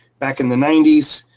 back in the ninety s,